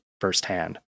firsthand